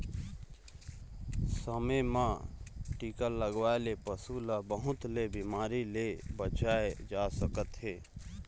समे म टीका लगवाए ले पशु ल बहुत ले बिमारी ले बचाए जा सकत हे